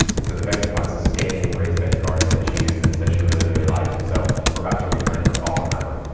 and so the vegepod so is standing raised bed garden that she uses that she really, really likes. and so we're about to replant for fall on that one.